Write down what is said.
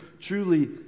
truly